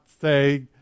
say